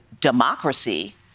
democracy